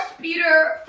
Peter